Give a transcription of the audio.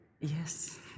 Yes